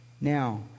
Now